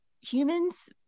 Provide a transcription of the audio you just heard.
humans